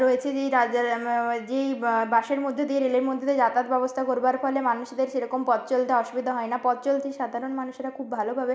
রয়েছে যেই যেই বাসের মধ্যে দিয়ে রেলের মধ্যে যাতায়াত ব্যবস্থা করবার ফলে মানুষদের সেরকম পথ চলতে অসুবিধা হয় না পথচলতি সাধারণ মানুষেরা খুব ভালোভাবে